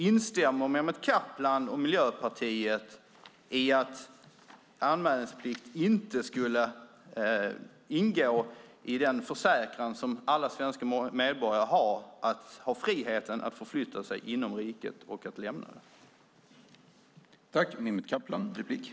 Instämmer Mehmet Kaplan och Miljöpartiet i att anmälningsplikt inte skulle ingå i den försäkran som alla svenska medborgare har att ha friheten att förflytta sig inom riket och att lämna det?